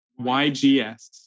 YGS